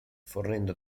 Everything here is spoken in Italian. fornendo